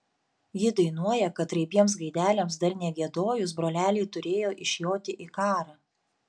ji dainuoja kad raibiems gaideliams dar negiedojus broleliai turėjo išjoti į karą